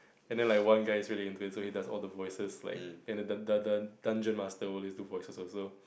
and then like one guy's really intense so he does all the voices like and the dun~ dun~ dungeon master always do voices also